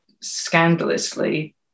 scandalously